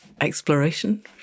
exploration